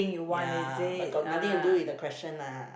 ya but got nothing to do with the question ah